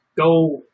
go